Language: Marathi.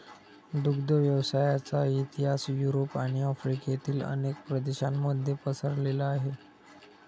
दुग्ध व्यवसायाचा इतिहास युरोप आणि आफ्रिकेतील अनेक प्रदेशांमध्ये पसरलेला आहे